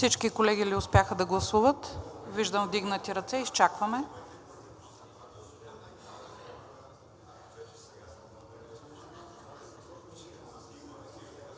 Всички колеги ли успяха да гласуват? Виждам вдигнати ръце. Господин